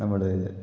നമ്മള്